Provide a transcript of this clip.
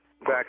back